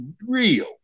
real